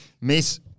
Miss